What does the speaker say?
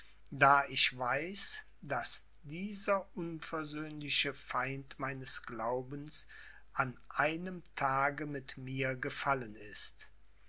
da ich weiß daß dieser unversöhnliche feind meines glaubens an einem tage mit mir gefallen ist